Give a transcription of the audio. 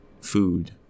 food